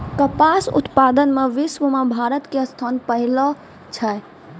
कपास उत्पादन मॅ विश्व मॅ भारत के स्थान पहलो छै